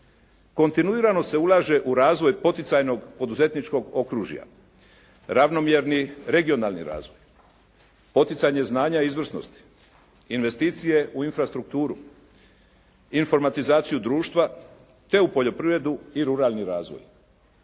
Kontinuirano se ulaže u razvoj poticajnog poduzetničkog okružja, ravnomjerni regionalni razvoj, poticanje znanja i izvrsnosti, investicije u infrastrukturu, informatizaciju društva te u poljoprivredu i ruralni razvoj.